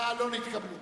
ההסתייגויות של